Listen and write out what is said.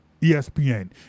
ESPN